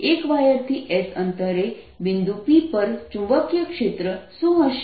એક વાયરથી S અંતરે બિંદુ P પર ચુંબકીય ક્ષેત્ર શું હશે